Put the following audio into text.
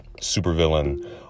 supervillain